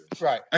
right